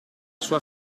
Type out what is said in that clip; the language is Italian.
sua